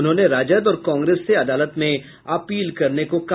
उन्होंने राजद और कांग्रेस से अदालत में अपील करने को कहा